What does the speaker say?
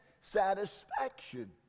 satisfaction